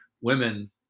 women